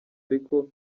ariko